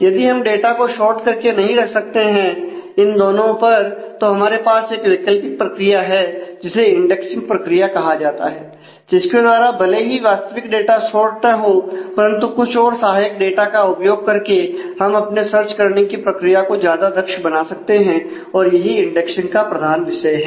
यदि हम डाटा को शार्ट करके नहीं रख सकते हैं इन दोनों पर तो हमारे पास एक वैकल्पिक प्रक्रिया है जिसे इंडेक्सिंग प्रक्रिया कहा जाता है जिसके द्वारा भले ही वास्तविक डाटा शार्ट ना हो परंतु कुछ और सहायक डेटा का उपयोग करके हम अपने सर्च करने की प्रक्रिया को ज्यादा दक्ष बना सकते हैं और यही इंडेक्सिंग का प्रधान विचार है